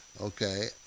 Okay